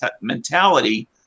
mentality